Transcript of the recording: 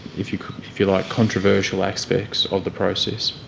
if you if you like, controversial aspects of the process?